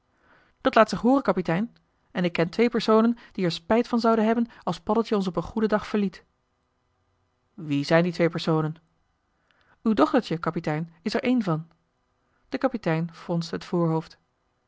dat laat zich hooren kapitein en ik ken twee personen die er spijt van zouden hebben als paddeltje ons op een goeden dag verliet wie zijn die twee personen uw dochtertje kapitein is er een van de kapitein fronste het voorhoofd